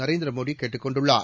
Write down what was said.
நரேந்திர மோடி கேட்டுக் கொண்டுள்ளார்